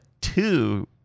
two